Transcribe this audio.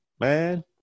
man